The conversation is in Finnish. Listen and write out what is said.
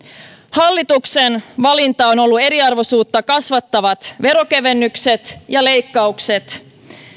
hallituksen valinta on ollut eriarvoisuutta kasvattavat veronkevennykset ja leikkaukset